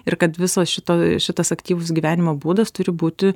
ir kad viso šito šitas aktyvus gyvenimo būdas turi būti